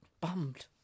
Bummed